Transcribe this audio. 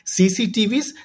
CCTVs